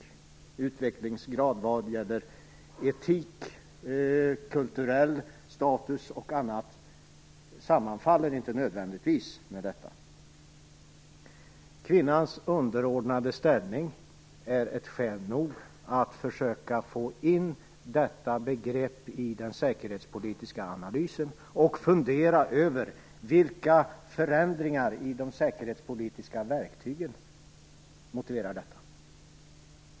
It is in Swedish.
Denna utvecklingsgrad sammanfaller inte nödvändigtvis med utvecklingsgraden i fråga om bl.a. etik och kulturell status. Kvinnans underordnade ställning är skäl nog att försöka få in detta begrepp i den säkerhetspolitiska analysen och att fundera över vilka förändringar i fråga om de säkerhetspolitiska verktygen som motiveras av detta.